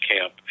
camp